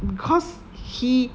because he